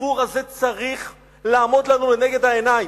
הסיפור הזה צריך לעמוד לנו לנגד העיניים.